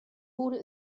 wurde